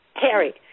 Harry